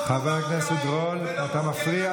לא כי הוא מרוקאי ולא כי הוא גבר ולא שום דבר אחר.